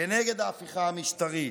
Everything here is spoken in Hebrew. כנגד ההפיכה המשטרית.